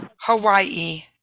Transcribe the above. Hawaii